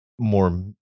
more